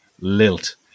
Lilt